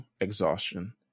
exhaustion